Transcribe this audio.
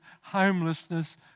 Homelessness